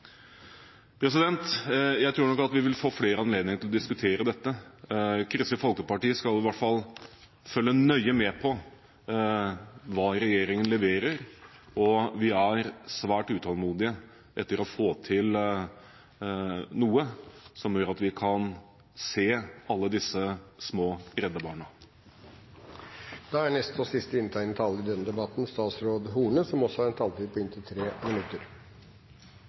Jeg tror nok at vi vil få flere anledninger til å diskutere dette. Kristelig Folkeparti skal iallfall følge nøye med på hva regjeringen leverer, og vi er svært utålmodige etter å få til noe som gjør at vi kan se alle disse små redde barna.